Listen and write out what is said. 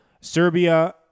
Serbia